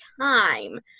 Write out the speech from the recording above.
time